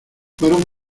fueron